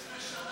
15 שנה